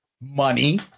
Money